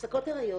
-- הפסקות הריון,